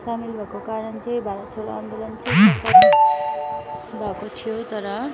सामेल भएको कारण चाहिँ भारत छोडो आन्दोलन चाहिँ भएको थियो तर